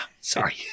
Sorry